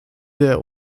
der